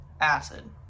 Acid